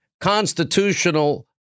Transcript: constitutional